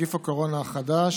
נגיף הקורונה החדש)